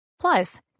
Plus